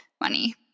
money